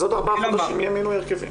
אז עוד ארבעה חודשים יהיה מינוי הרכבים.